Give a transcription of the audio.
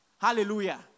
Hallelujah